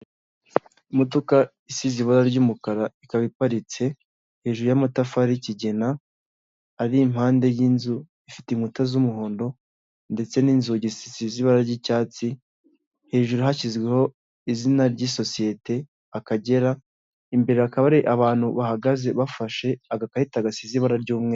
Imodoka isize ibara ry'umukara, ikaba iparitse hejuru y'amatafari y'ikigina, ari impande y'inzu ifite inkuta z'umuhondo, ndetse n'inzugi zisize ibara ry'icyatsi, hejuru hashyizweho izina ry'isosiyete Akagera, imbere hakaba hari abantu bahagaze bafashe agakarita gasize ibara ry'umweru.